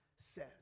says